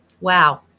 Wow